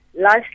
Last